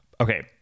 Okay